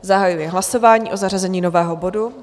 Zahajuji hlasování o zařazení nového bodu.